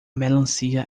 melancia